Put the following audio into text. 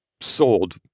sold